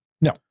No